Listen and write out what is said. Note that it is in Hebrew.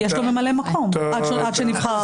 כי יש לו ממלא-מקום עד שנבחר הרב.